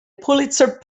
pulitzer